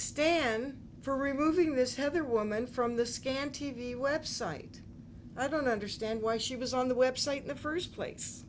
stan for removing this heather woman from the scan t v website i don't understand why she was on the website in the first place